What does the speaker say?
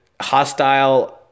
hostile